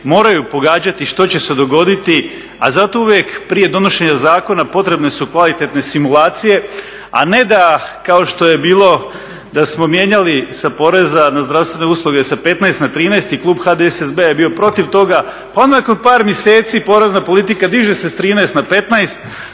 moraju pogađati što će se dogoditi, a zato uvijek prije donošenja zakona potrebne su kvalitetne simulacije, a ne da kao što je bilo da smo mijenjali sa poreza na zdravstvene usluge sa 15 na 13 i klub HDSSB-a je bio protiv toga, pa onda nakon par mjeseci porezna politika diže se s 13 na 15.